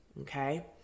Okay